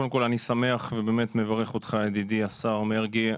קודם כל אני שמח ובאמת מברך אותך, ידידי השר מרגי.